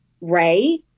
Ray